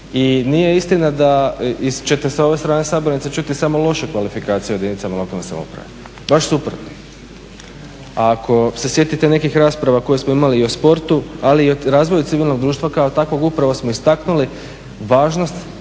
I nije istina da ćete sa ove strane sabornice čuti samo loše kvalifikacije o jedinicama lokalne samouprave, baš suprotno. Ako se sjetite nekih rasprava koje smo imali i o sportu, ali i o razvoju civilnog društva kao takvog upravo smo istaknuli važnost